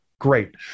Great